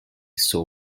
saw